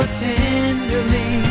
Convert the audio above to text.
tenderly